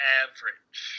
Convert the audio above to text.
average